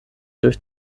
durch